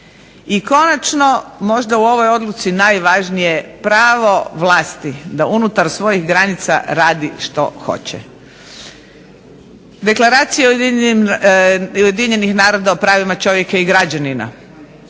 I konačno, možda u ovoj odluci najvažnije pravo vlasti da unutar svojih vlasti radi što hoće. Deklaracija ujedinjenih naroda o pravima čovjeka i građanina,